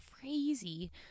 crazy